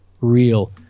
real